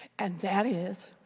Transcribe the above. and that is,